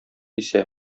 исә